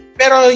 pero